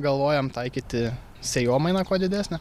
galvojam taikyti sėjomainą kuo didesnę